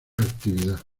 actividad